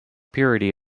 purity